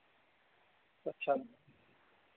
अच्छा